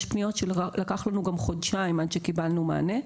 יש פניות שלקח לנו גם חודשיים עד שקיבלנו מענה.